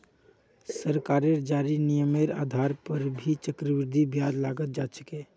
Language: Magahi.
सरकारेर जारी नियमेर आधार पर ही चक्रवृद्धि ब्याज लगाल जा छे